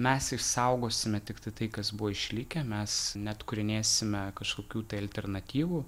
mes išsaugosime tiktai tai kas buvo išlikę mes neatkūrinėsime kažkokių tai alternatyvų